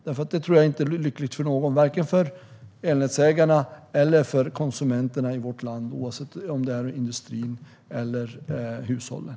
Det blir inte lyckligt för någon, vare sig för elnätsägarna eller för elkonsumenterna, oavsett om det rör sig om industrin eller hushållen.